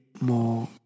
more